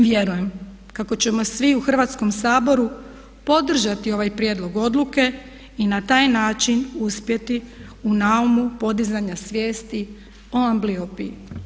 Vjerujem kako ćemo svi u Hrvatskom saboru podržati ovaj prijedlog odluke i na taj način uspjeti u naumu podizanja svijesti o ambliopiji.